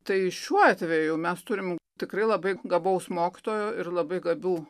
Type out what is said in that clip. tai šiuo atveju mes turim tikrai labai gabaus mokytojo ir labai gabių